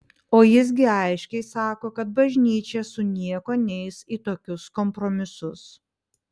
o jis gi aiškiai sako kad bažnyčia su niekuo neis į tokius kompromisus